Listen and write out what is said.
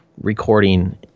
recording